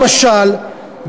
למשל,